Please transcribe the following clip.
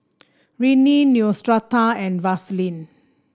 Rene Neostrata and Vaselin